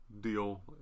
deal